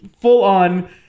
full-on